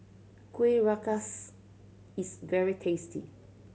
Kueh Rengas is very tasty